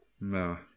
No